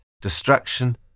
destruction